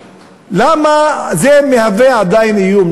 למה זה מהווה עדיין איום?